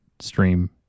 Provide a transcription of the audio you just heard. stream